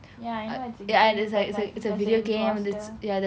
ya I know it's a game but like there's a imposter